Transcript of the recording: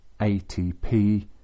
ATP